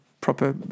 proper